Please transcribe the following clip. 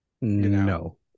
No